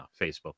Facebook